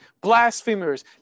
blasphemers